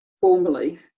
formally